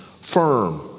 firm